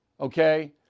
Okay